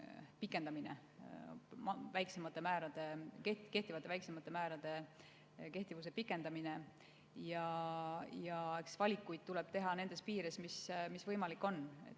Eks valikuid tuleb teha nendes piires, mis võimalik on,